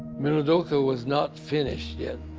minidoka was not finished yet,